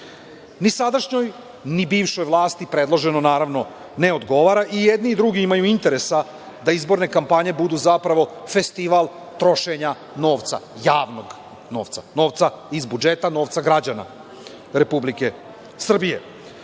Ni sadašnjoj ni bivšoj vlasti predloženo, naravno, ne odgovara, i jedni i drugi imaju interesa da izborne kampanje budu zapravo festival trošenja novca, javnog novca, novca iz budžeta, novca građana Republike Srbije. Ova